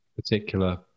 particular